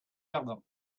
perdants